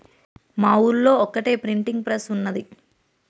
మా ఊళ్లో ఒక్కటే ప్రింటింగ్ ప్రెస్ ఉన్నది